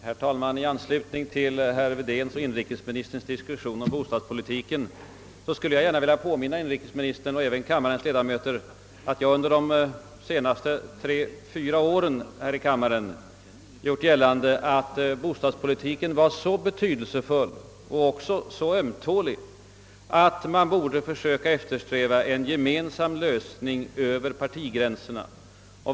Herr talman! I anslutning till herr Wedéns och inrikesministerns diskussion om bostadspolitiken skulle jag gärna vilja påminna inrikesministern och även kammarens ledamöter om att jag under de senaste tre, fyra åren här i kammaren gjort gällande att bostadspolitiken är en så betydelsefull och även så ömtålig fråga att man borde eftersträva en gemensam lösning över partigränserna.